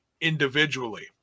individually